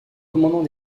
commandant